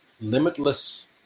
limitless